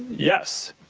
yes.